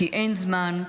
כי אין זמן,